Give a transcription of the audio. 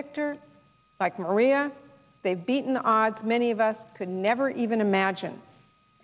victor like maria they've beaten the odds many of us could never even imagine